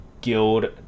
guild